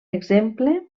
exemple